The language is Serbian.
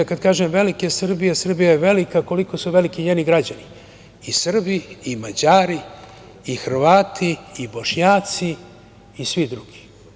Kad kažem velike Srbije, Srbija je velika koliko su veliki i njegovi građani i Srbi i Mađari i Hrvati i Bošnjaci i svi drugi.